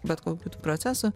bet kokių tų procesų